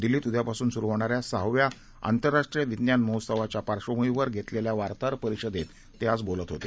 दिल्लीतउद्यापासूनसुरुहोणाऱ्यासहाव्याआंतरराष्ट्रीयविद्ज्ञानमहोत्सवाच्यापार्श्वभूमीवरघेतलेल्यावार्ताहरपरिषदेततेआजबोलतहोते